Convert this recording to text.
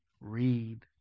Read